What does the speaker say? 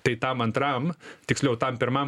tai tam antram tiksliau tam pirmam